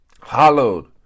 Hallowed